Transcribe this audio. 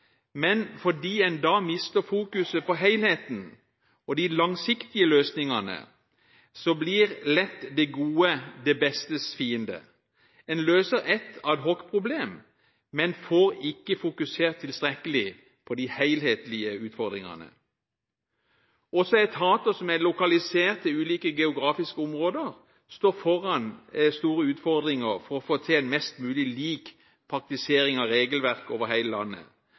men som fordi en da mister fokuset på helheten og de langsiktige løsningene, lett blir det godes beste fiende. En løser ett ad hoc-problem, men får ikke fokusert tilstrekkelig på de helhetlige utfordringene. Også etater som er lokalisert i ulike geografiske områder står foran store utfordringer for å få til en mest mulig lik praktisering av regelverket over hele landet